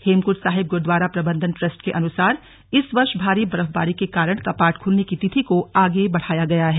हेमकुंड साहिब गुरुद्वारा प्रबंधन ट्रस्ट के अनुसार इस वर्ष भारी बर्फबारी के कारण कपाट खुलने की तिथि को आगे बढ़ाया गया है